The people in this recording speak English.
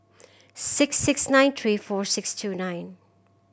six six nine three four six two nine